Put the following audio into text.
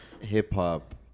hip-hop